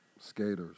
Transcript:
skaters